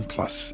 Plus